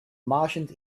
martians